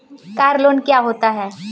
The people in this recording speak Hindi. कार लोन क्या होता है?